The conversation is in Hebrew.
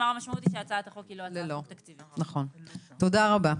תודה רבה,